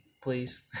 please